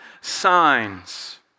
signs